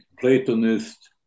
Platonist